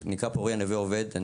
שנקרא פורייה נווה עובד.